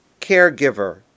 caregiver